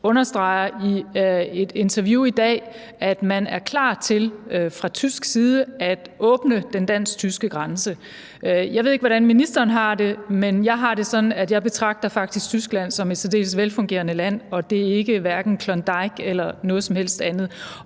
understreger, at man er klar til fra tysk side at åbne den dansk-tyske grænse. Jeg ved ikke, hvordan ministeren har det med det, men jeg har det sådan, at jeg faktisk betragter Tyskland som et særdeles velfungerende land, der hverken er klondike eller noget som helst andet,